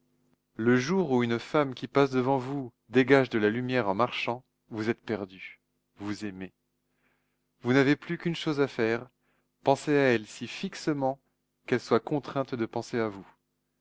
le jour où une femme qui passe devant vous dégage de la lumière en marchant vous êtes perdu vous aimez vous n'avez plus qu'une chose à faire penser à elle si fixement qu'elle soit contrainte de penser à vous